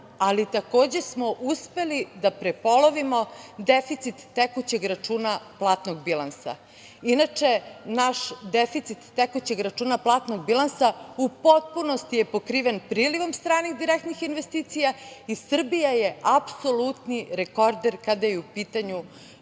smo takođe uspeli da prepolovimo deficit tekućeg računa platnog bilansa. Inače, naš deficit tekućeg računa platnog bilansa u potpunosti je pokriven prilivom stranih direktnih investicija i Srbija je apsolutni rekorder kada je u pitanju